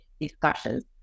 discussions